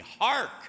Hark